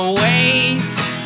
waste